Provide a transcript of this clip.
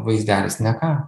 vaizdelis ne ką